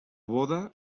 boda